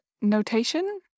notation